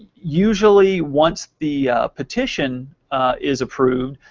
usually, once the petition is approved,